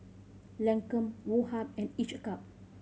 Lancome Woh Hup and Each a Cup